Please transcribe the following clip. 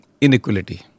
inequality